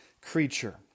creature